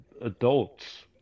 adults